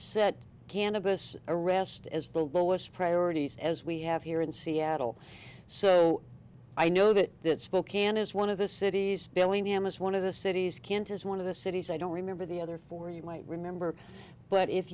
set cannabis arrest as the lowest priorities as we have here in seattle so i know that spokane is one of the cities bellingham is one of the cities kent is one of the cities i don't remember the other four you might remember but if